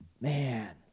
man